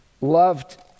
loved